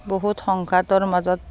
বহুত সংঘাতৰ মাজত